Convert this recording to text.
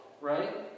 right